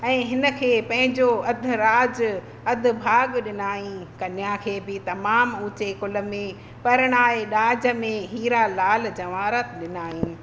ऐं हिन खे पंहिंजो अधिराज अधु भाॻ ॾिनईं कन्या खे बि तमामु उचे कुल में परिणाए ॾाज में हीरा लाल जवाहरात ॾिनईं